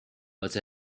but